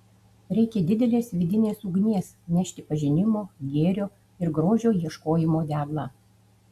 reikia didelės vidinės ugnies nešti pažinimo gėrio ir grožio ieškojimo deglą